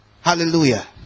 Hallelujah